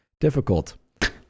Difficult